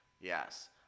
Yes